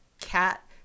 cat